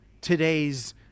today's